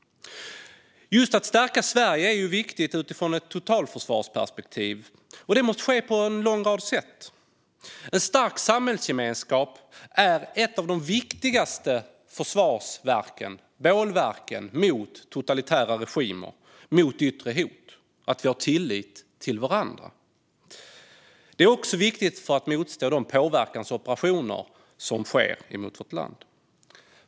Att stärka Sverige är viktigt utifrån ett totalförsvarsperspektiv. Det måste ske på en lång rad sätt. En stark samhällsgemenskap och att vi har tillit till varandra är ett av de viktigaste försvarsverken, bålverken, mot totalitära regimer och yttre hot. Det är också viktigt för att motstå de påverkansoperationer som sker mot vårt land.